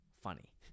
funny